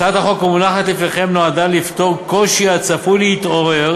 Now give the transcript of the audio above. הצעת החוק המונחת בפניכם נועדה לפתור קושי הצפוי להתעורר